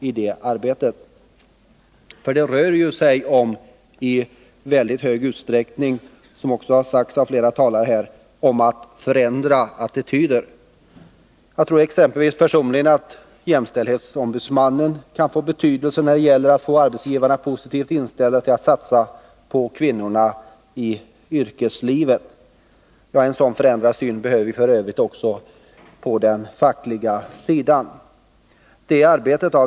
I mycket stor utsträckning rör det sig om — vilket har sagts av flera talare i den här debatten — att förändra attityder. Jag tror exempelvis att jämställdhetsombudsmannen kan få betydelse när det gäller att få arbetsgivarna positivt inställda till att satsa på kvinnorna i yrkeslivet. En sådan förändrad syn behöver vi också på den fackliga sidan.